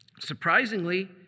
Surprisingly